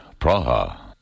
Praha